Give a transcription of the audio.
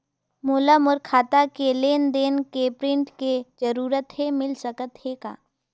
मोला मोर खाता के लेन देन के प्रिंट के जरूरत हे मिल सकत हे का?